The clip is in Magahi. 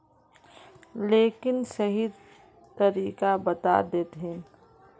लेकिन सही तरीका बता देतहिन?